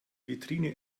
vitrine